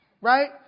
right